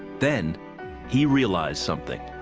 then he realized something.